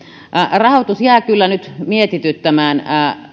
rahoitus jää kyllä nyt mietityttämään